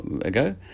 Ago